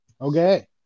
Okay